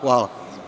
Hvala.